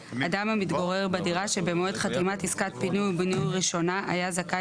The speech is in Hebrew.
"אדם המתגורר בדירה שבמועד חתימת עסקת פינוי בינוי ראשונה היה זכאי